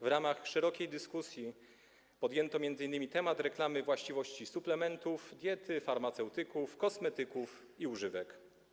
W ramach szerokiej dyskusji podjęto m.in. temat reklam właściwości suplementów diety, farmaceutyków, kosmetyków i używek.